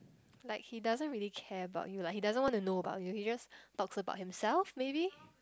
like he doesn't really care about you like he doesn't want to know about you he just talks about himself maybe